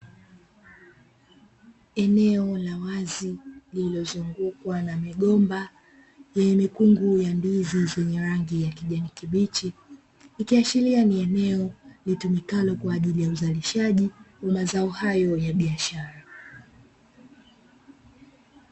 Eneo la wazi lililozungukwa na migomba yenye mikungu ya ndizi zenye rangi ya kijani kibichi, ikiashiria ni eneo litumikalo kwa ajili ya uzalishaji wa mazao hayo ya biashara.